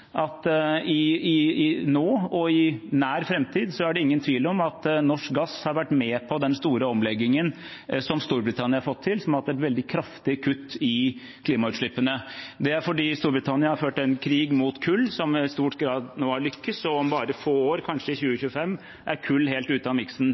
helt riktig at det nå og i nær framtid ikke er noen tvil om at norsk gass har vært med på den store omleggingen som Storbritannia har fått til, som har hatt et veldig kraftig kutt i klimautslippene. Det er fordi Storbritannia har ført en krig mot kull, som i stor grad har lyktes, og om bare få år, kanskje i